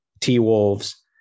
T-Wolves